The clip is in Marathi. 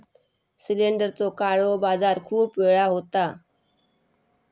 सिलेंडरचो काळो बाजार खूप वेळा होता